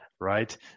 right